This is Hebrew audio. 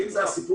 אם זה הסיפור,